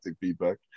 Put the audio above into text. feedback